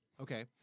Okay